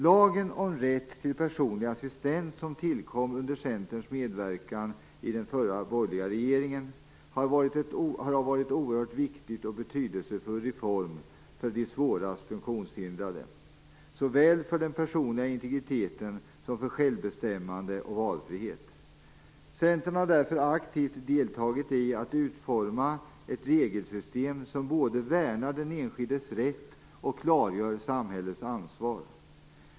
Lagen om rätt till personlig assistent, som tillkom under Centerns medverkan i den förra, borgerliga regeringen, har varit en oerhört viktig och betydelsefull reform för de svårast funktionshindrade såväl när det gäller den personliga integriteten som när det gäller självbestämmande och valfrihet. Centern har därför aktivt deltagit i att utforma ett regelsystem som både värnar den enskildes rätt och klargör samhällets ansvar.